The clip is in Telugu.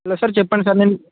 ఎస్ సార్ చెప్పండి సార్ నేను